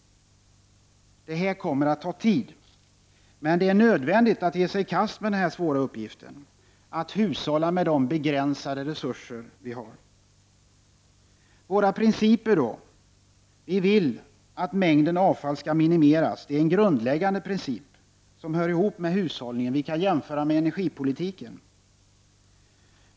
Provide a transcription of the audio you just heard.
Det kommer att ta tid, men det är nödvändigt att ge sig i kast med den svåra uppgiften att hushålla med de begränsade resurserna. Vi vill att mängden avfall skall minimeras. Det är en grundläggande princip, som hör ihop med hushållningen — man kan jämföra med energipolitiken.